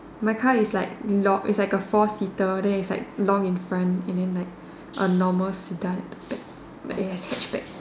my car is like log it's like a four seater then it's like long in front and then like a normal sit down at the back but it has hatchback